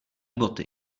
boty